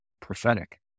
prophetic